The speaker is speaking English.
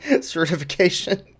certification